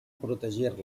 protegir